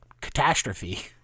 catastrophe